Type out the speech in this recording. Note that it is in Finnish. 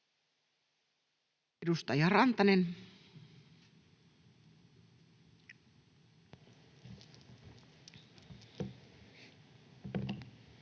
Edustaja Rantanen.